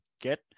get